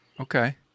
okay